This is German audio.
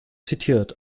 zitiert